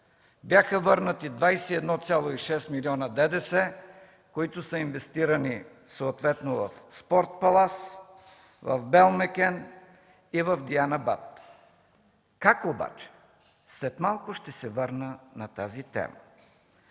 бяха върната 21,6 милиона ДДС, които са инвестирани съответно в „Спорт палас”, в „Белмекен” и в „Дианабад”. Как обаче? След малко ще се върна на тази тема.